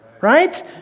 right